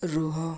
ରୁହ